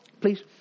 Please